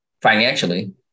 financially